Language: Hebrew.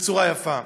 בצורה יפה.